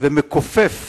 ומכופף